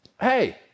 Hey